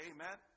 Amen